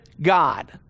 God